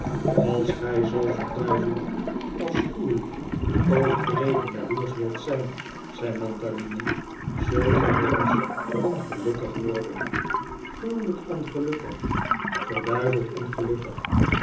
als gij zoo verduiveld afschuwelijk overdreven jaloersch wilt zijn zei mantalini zult gij nog eens ongelukkig worden gruwelijk ongelukkig verduiveld ongelukkig